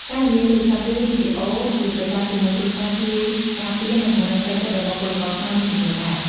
ការនិយាយទូរស័ព្ទ ឬវីដេអូជាប្រចាំជាមួយគ្រួសារជួយការពារ និងពង្រឹងផ្លូវចិត្តរបស់ពលករខ្មែរមួយចំណែកដែរ។